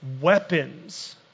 weapons